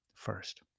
first